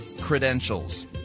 credentials